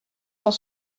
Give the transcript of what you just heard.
sont